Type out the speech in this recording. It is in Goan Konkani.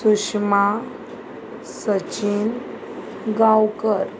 सुशमा सचीन गांवकर